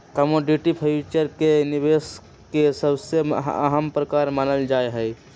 commodity future के निवेश के सबसे अहम प्रकार मानल जाहई